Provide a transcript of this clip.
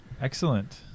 Excellent